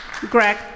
greg